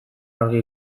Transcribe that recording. argi